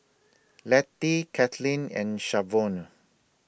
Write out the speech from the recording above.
Lettie Katlyn and Shavonne